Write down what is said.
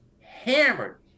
hammered